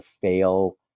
fail